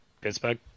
Pittsburgh